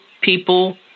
people